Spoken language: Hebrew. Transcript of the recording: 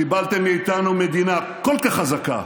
קיבלתם מאיתנו מדינה כל כך חזקה,